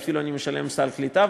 ואני אפילו משלם סל קליטה,